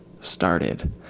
started